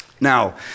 Now